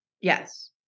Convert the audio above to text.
Yes